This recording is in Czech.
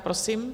Prosím.